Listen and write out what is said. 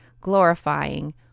glorifying